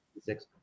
six